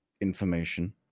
information